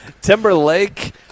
Timberlake